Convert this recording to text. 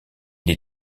des